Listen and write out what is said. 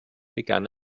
begann